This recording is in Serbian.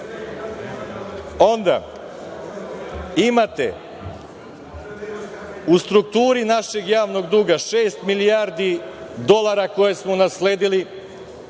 kraja. Imate u strukturi našeg javnog duga 6 milijardi dolara koje smo nasledili